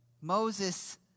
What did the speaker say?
Moses